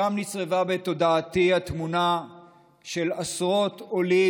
שם נצרבה בתודעתי התמונה של עשרות עולים